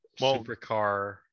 supercar